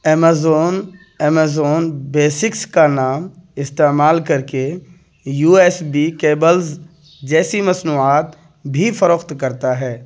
Amazon Amazon basics کا نام استعمال کر کے یو ایس ڈی کیبلز جیسی مصنوعات بھی فروخت کرتا ہے